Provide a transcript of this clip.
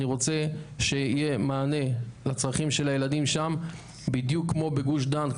אני רוצה שיהיה מענה לצרכים של הילדים שם בדיוק כמו בגוש דן,